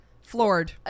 floored